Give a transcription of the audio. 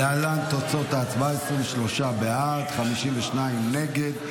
להלן תוצאות ההצבעה: 23 בעד, 52 נגד.